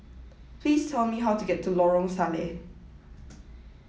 please tell me how to get to Lorong Salleh